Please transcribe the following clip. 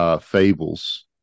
fables